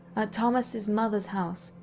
at thomas' mother's house,